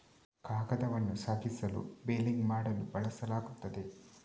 ಕಾಗದವನ್ನು ಸಾಗಿಸಲು ಬೇಲಿಂಗ್ ಮಾಡಲು ಬಳಸಲಾಗುತ್ತದೆ